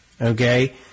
okay